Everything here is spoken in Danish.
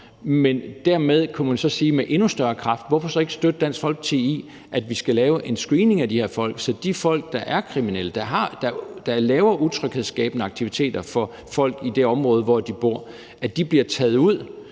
Men dermed kunne man så med endnu større kraft sige: Hvorfor så ikke støtte Dansk Folkeparti i, at vi skal lave en screening af de her folk, så de folk, der er kriminelle, som laver utryghedsskabende aktiviteter for folk i det område, hvor de bor, bliver taget ud,